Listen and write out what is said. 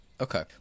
Okay